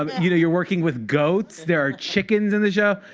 um you know you're working with goats. there are chickens in the show.